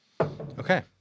Okay